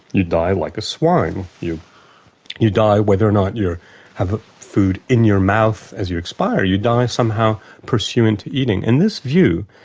you die like a swine, you you die whether or not you have food in your mouth as you expire, you die somehow pursuant to eating. and this view,